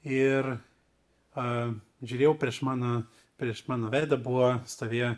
ir a žiūrėjau prieš mano prieš mano veidą buvo stovėjo